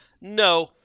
no